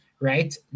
right